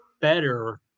better